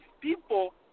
people